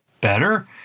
better